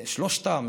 שלושתם,